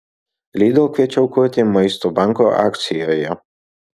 lidl kviečia aukoti maisto banko akcijoje